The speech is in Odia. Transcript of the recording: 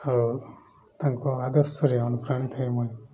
ଆଉ ତାଙ୍କ ଆଦର୍ଶରେ ଅନୁପ୍ରାଣୀତ ହୁଏ ମୁଁ